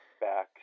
Back